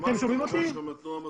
שמענו את התנועה המסורתית,